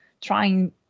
trying